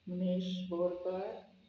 Umesh Borkar